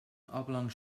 oblong